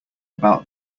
about